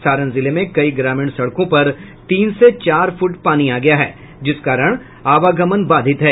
सारण जिले में कई ग्रामीण सड़कों पर तीन से चार फूट पानी आ गया है जिस कारण आवागमन बाधित हैं